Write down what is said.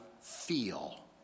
feel